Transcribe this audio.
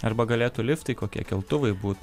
arba galėtų liftai kokie keltuvai būt